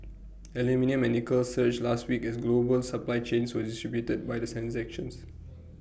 aluminium and nickel surged last week as global supply chains were disrupted by the sand sections